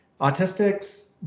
autistics